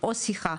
או שיחה.